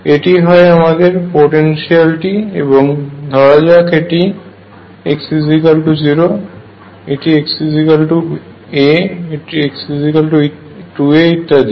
এটি হয় আমাদের পটেনশিয়ালটি এবং ধরা যাক এটি x0 xa x2a ইত্যাদি